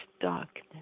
darkness